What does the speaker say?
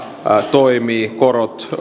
toimii korot